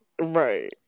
Right